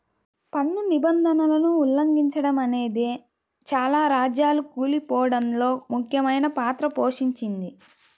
పన్ను నిబంధనలను ఉల్లంఘిచడమనేదే చాలా రాజ్యాలు కూలిపోడంలో ముఖ్యమైన పాత్ర పోషించింది